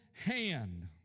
hand